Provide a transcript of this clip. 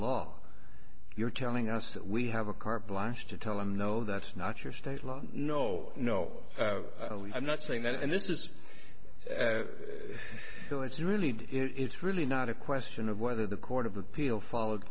law you're telling us that we have a carte blanche to tell him no that's not your state no no i'm not saying that and this is still it's really it's really not a question of whether the court of appeal followed